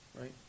right